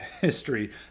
History